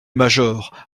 major